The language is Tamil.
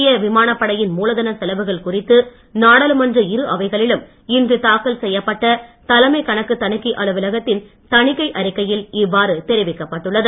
இந்திய விமானப் படையின் மூலதன செலவுகள் குறித்து நாடாளுமன்ற இரு அவைகளிலும் இன்று தாக்கல் செய்யப்பட்ட தலைமை கணக்கு தணிக்கை அலுவலகத்தின் தணிக்கை அறிக்கையில் இவ்வாறு தெரிவிக்கப்பட்டுள்ளது